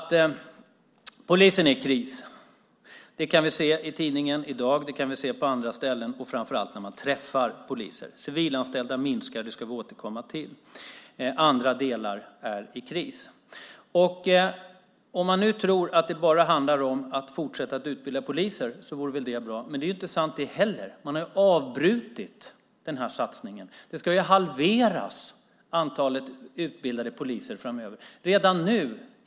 Polisen är i kris. Det kan vi se i tidningen i dag, på andra ställen och framför allt när man träffar poliser. Antalet civilanställda minskar. Det ska vi återkomma till. Andra delar är i kris. Om man nu tror att det bara handlar om att fortsätta att utbilda poliser vore det väl bra, men det är inte sant det heller. Man har ju avbrutit den här satsningen. Antalet utbildade poliser ska halveras framöver.